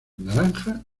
naranja